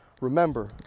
Remember